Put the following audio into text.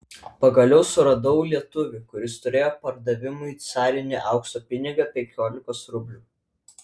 pagaliau suradau lietuvį kuris turėjo pardavimui carinį aukso pinigą penkiolikos rublių